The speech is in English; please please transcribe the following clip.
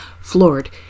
floored